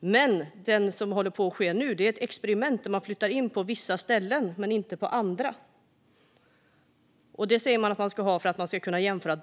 men det som håller på att ske nu är ett experiment där man flyttar in gränsen på vissa ställen men inte på andra. Det är för att kunna jämföra data, säger man.